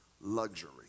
luxury